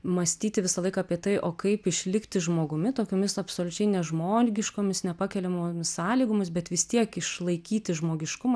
mąstyti visąlaik apie tai o kaip išlikti žmogumi tokiomis absoliučiai nežmogiškomis nepakeliamomis sąlygomis bet vis tiek išlaikyti žmogiškumą